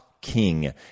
king